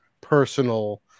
personal